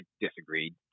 disagreed